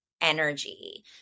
energy